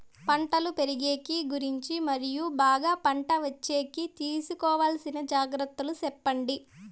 పంటలు పెరిగేకి గురించి మరియు బాగా పంట వచ్చేకి తీసుకోవాల్సిన జాగ్రత్త లు సెప్పండి?